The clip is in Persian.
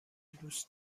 دوست